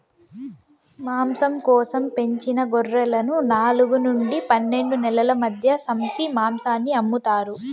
మాంసం కోసం పెంచిన గొర్రెలను నాలుగు నుండి పన్నెండు నెలల మధ్య సంపి మాంసాన్ని అమ్ముతారు